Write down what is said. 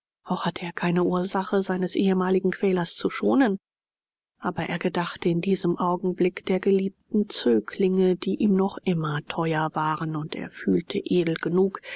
auch hatte er keine ursache seines ehemaligen quälers zu schonen aber er gedachte in diesem augenblick der geliebten zöglinge die ihm noch immer teuer waren und er fühlte edel genug